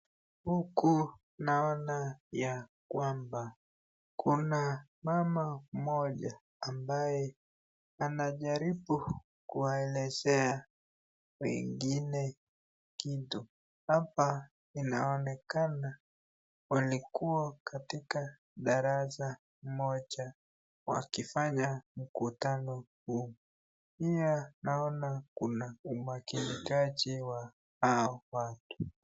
Huku naona ya kwamba kuna mama moja ambaye anajaribu kuelezea wengine kitu hapa inaoneka kulikuwa katika darasa moja wakifanya mkutano huu pia naona kuna umanikiachi ya hawa watu.